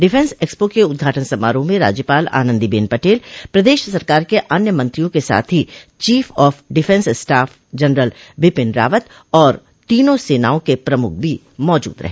defence expo के उद्घाटन समारोह में राज्यपाल आनन्दीबेन पटेल प्रदेश सरकार के अनेक मंत्रियों के साथ ही chief of defence staff general Vipin Rawat और तीनों सेनाओं के प्रमुख भी मौजूद रहे